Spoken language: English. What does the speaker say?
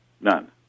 None